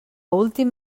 últim